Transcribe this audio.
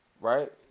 right